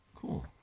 Cool